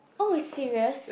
oh serious